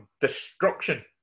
destruction